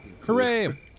Hooray